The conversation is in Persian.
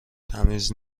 تمیز